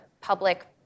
public